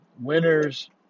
Winners